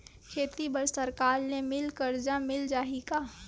खेती बर सरकार ले मिल कर्जा मिल जाहि का?